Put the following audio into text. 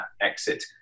exit